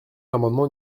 l’amendement